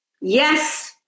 Yes